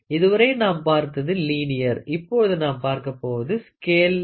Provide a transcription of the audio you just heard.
இதுவரை நாம் பார்த்தது லீனியர் இப்போது நாம் பார்க்கப்போவது ஸ்கேல்ட்